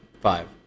Five